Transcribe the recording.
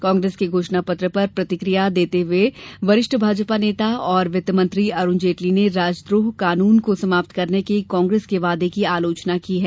कांग्रेस के घोषणा पत्र पर प्रतिक्रिया व्यक्त करते हये वरिष्ठ भाजपा नेता और वित्त मंत्री अरूण जेटली ने राजद्रोह कानून को समाप्त करने के कांग्रेस के बादे की आलोचना की है